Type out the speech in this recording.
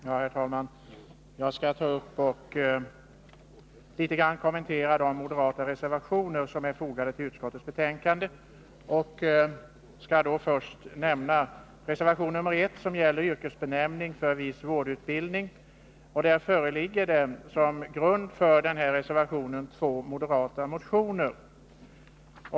Herr talman! Jag skall ta upp och litet kommentera de moderata reservationer som är fogade till socialutskottets betänkande. Jag skall först nämna reservation 1, som gäller yrkesbenämning för viss vårdutbildning. Som grund för denna reservation föreligger två moderata motioner.